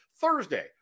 Thursday